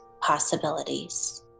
possibilities